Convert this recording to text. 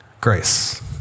Grace